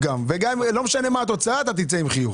ולא משנה מה התוצאה, תצא עם חיוך.